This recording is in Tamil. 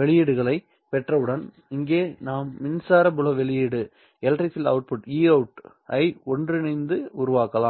வெளியீடுகளைப் பெற்றவுடன் இங்கே நாம் மின்சார புல வெளியீடு Eout ஐ ஒன்றிணைந்து உருவாக்கலாம்